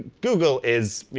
google is,